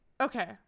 Okay